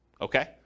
okay